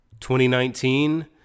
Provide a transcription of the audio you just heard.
2019